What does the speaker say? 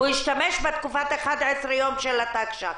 הוא השתמש בתקופת ה-11 יום של התקש"ח.